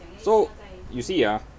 so you see ah